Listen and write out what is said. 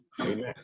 Amen